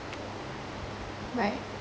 right